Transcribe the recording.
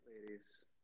ladies